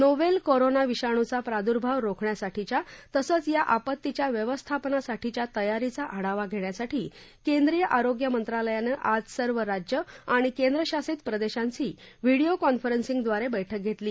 novel corona विषाणूचा प्रादूर्भाव रोखण्यासाठीच्या तसंच या आपत्तीच्या व्यवस्थापनासाठीच्या तयारीचा आढावा घेण्यासाठी केंद्रीय आरोग्य मंत्रालयानं आज सर्व राज्यं आणि केंद्रशासित प्रदेशांशी व्हिडीओ कॉन्फरन्सिंगद्वारे बैठक घेतली